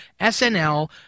SNL